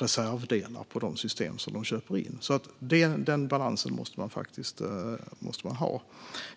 reservdelar för de system de köper in när som helst kan strypas. En sådan balans måste man ha.